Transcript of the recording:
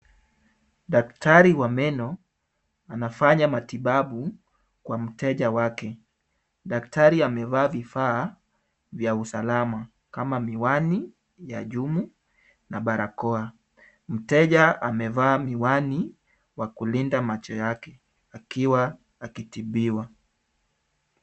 Daktari wa meno, anafanya matibabu kwa mteja wake. Daktari amevaa vifaa vya usalama, kama miwani ya jumu na barakoa. Mteja amevaa miwani wa kulinda macho yake, akiwa akitibiwa.